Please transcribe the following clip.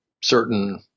certain